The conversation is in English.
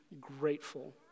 grateful